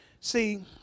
See